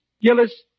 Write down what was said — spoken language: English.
Gillis